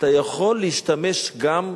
אתה יכול להשתמש גם בישן.